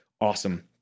awesome